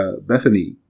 Bethany